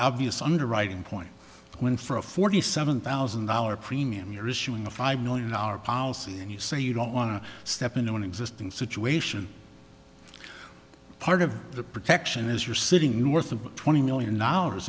obvious underwriting point when for a forty seven thousand dollars premium you're issuing a five million dollar policy and you say you don't want to step into an existing situation part of the protection is you're sitting north of twenty million dollars